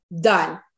done